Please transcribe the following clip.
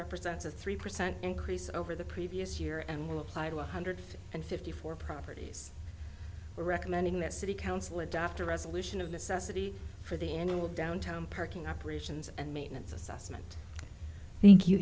represents a three percent increase over the previous year and will apply to one hundred and fifty four properties are recommending that city council adopt a resolution of necessity for the annual downtown parking operations and maintenance assessment thank you